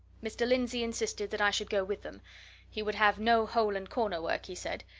mr. lindsey insisted that i should go with them he would have no hole-and-corner work, he said,